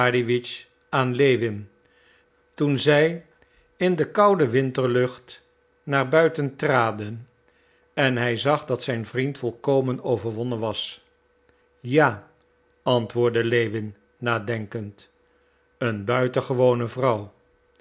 aan lewin toen zij in de koudo winterlucht naar buiten traden en hij zag dat zijn vriend volkomen overwonnen was ja antwoordde lewin nadenkend een buitengewone vrouw